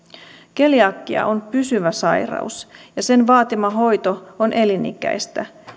keliakia on pysyvä sairaus ja sen vaatima hoito on elinikäistä